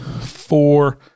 four